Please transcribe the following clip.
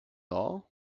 all